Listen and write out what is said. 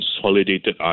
consolidated